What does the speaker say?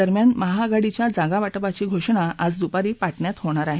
दरम्यान महाआघाडीच्या जागावाटपाची घोषणा आज दुपारी पाटण्यात होणार आहे